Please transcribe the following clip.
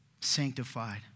sanctified